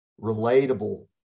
relatable